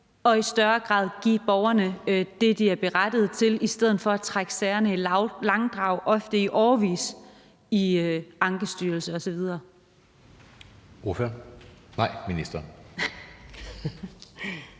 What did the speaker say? og i højere grad give borgerne det, de er berettiget til, i stedet for at trække sagerne i langdrag, ofte i årevis, i Ankestyrelsen osv.